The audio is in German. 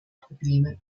probleme